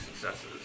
successes